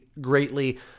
greatly